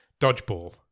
Dodgeball